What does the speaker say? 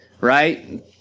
right